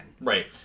right